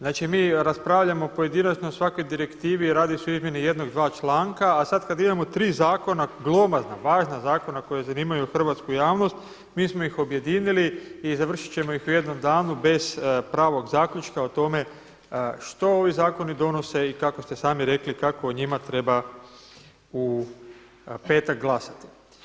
Znači mi raspravljamo pojedinačno o svakoj direktivi i radi se o izmjeni jednog, dva članka, a sada kada imamo tri zakona glomazna, važna zakona koja zanimaju hrvatsku javnost, mi smo ih objedinili i završit ćemo ih u jednom danu bez pravog zaključka o tome što ovi zakoni donose i kako ste sami rekli kako o njima treba u petak glasati.